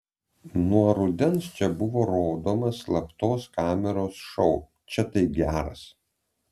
nuo rudens čia buvo rodomas slaptos kameros šou čia tai geras